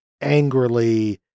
angrily